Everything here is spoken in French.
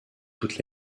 toute